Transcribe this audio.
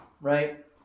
right